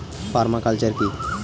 Parma culture কি?